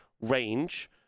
range